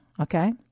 Okay